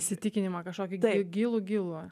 įsitikinimą kažkokį gilų gilų